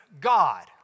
God